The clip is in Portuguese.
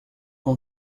com